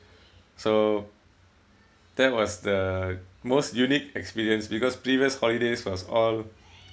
so that was the most unique experience because previous holidays was all